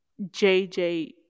JJ